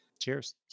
Cheers